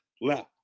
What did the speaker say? left